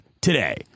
today